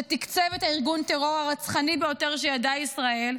שתקצב את ארגון הטרור הרצחני ביותר שידעה ישראל,